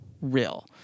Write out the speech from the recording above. real